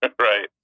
Right